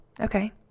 Okay